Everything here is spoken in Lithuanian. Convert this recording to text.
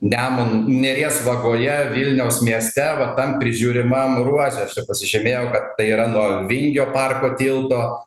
nemun neries vagoje vilniaus mieste vat tam prižiūrimam ruože pasižymėjau kad tai yra nuo vingio parko tilto